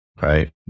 Right